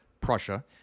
Prussia